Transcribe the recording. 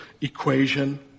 equation